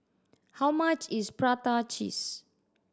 how much is prata cheese